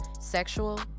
Sexual